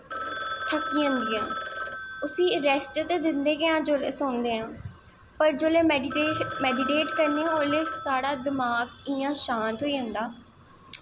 थ'क्की जंदियां उसी रेस्ट ते दिंदे गै आं जोल्लै सौंदे आं पर जोल्लै मेडिटेट करने आं ओल्लै साढ़ा दमाक इ'यां शांत होई जंदा